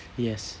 yes